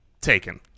taken